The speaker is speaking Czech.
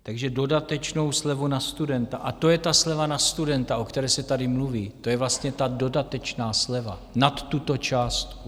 Takže dodatečnou slevu na studenta, a to je ta sleva na studenta, o které se tady mluví, to je vlastně dodatečná sleva nad tuto částku.